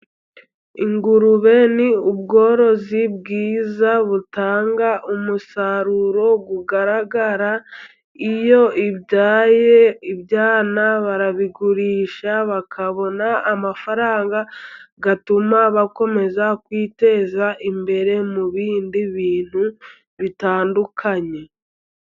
Ingurube ni ubworozi bwiza butanga umusaruro ugaragara. Iyo ibyaye ibyana barabigurisha bakabona amafaranga, atuma bakomeza kwiteza imbere mu bindi bintu bitandukanye.